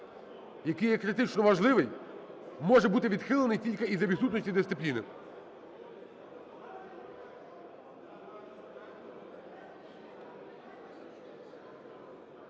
який є критично важливий, може бути відхилений тільки із-за відсутності дисципліни.